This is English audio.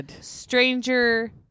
Stranger